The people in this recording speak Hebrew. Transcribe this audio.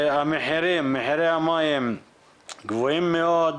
מחירי המים גבוהים מאוד.